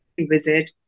visit